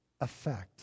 effect